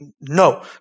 No